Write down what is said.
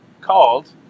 called